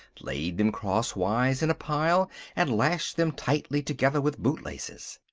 laid them crosswise in a pile and lashed them tightly together with bootlaces.